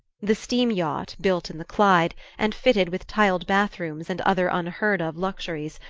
the steam-yacht, built in the clyde, and fitted with tiled bath-rooms and other unheard-of luxuries,